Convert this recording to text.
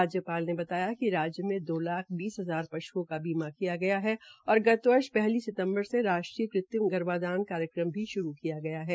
राज्यपाल ने कहा कि राज्य में दो लाख बीस हजार पश्ओं का बीमा किया गया है और गत वर्ष पहली सितम्बर से राष्ट्रीय कृत्रिम गर्भाधान कार्यक्रम भी श्रू किया गया है